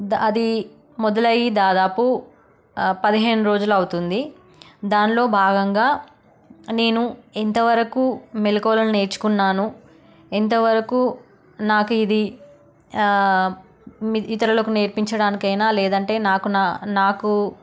అది మొదలై దాదాపు పదిహేను రోజులు అవుతుంది దానిలో భాగంగా నేను ఎంతవరకు మెళుకువలను నేర్చుకున్నాను ఎంతవరకు నాకు ఇది ఇతరులకు నేర్పించడానికి అయినా లేదంటే నాకు నా నాకు